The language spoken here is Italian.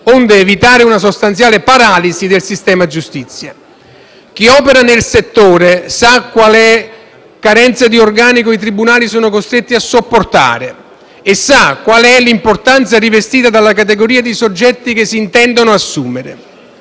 onde evitare una sostanziale paralisi del sistema giustizia. Chi opera nel settore sa quale carenza di organico i tribunali siano costretti a sopportare e conosce l'importanza rivestita dalla categoria dei soggetti che si intendono assumere.